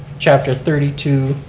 chapter thirty two,